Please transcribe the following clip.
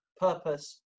purpose